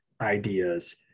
ideas